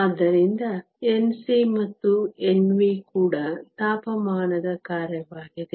ಆದ್ದರಿಂದ Nc ಮತ್ತು Nv ಕೂಡ ತಾಪಮಾನದ ಕಾರ್ಯವಾಗಿದೆ